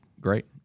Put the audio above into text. great